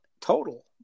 total